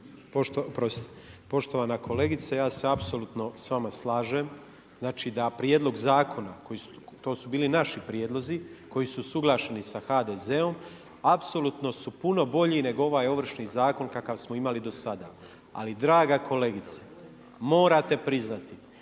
Poštovana kolegice, ja se apsolutno sa vama slažem. Znači da prijedlog zakona, to su bili naši prijedlozi koji su usuglašeni sa HDZ-om apsolutno su puno bolji nego ovaj Ovršni zakon kakav smo imali do sada. Ali draga kolegice, morate priznati